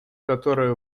которое